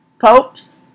Pope's